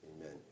Amen